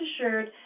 assured